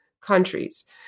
countries